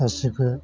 गासिबो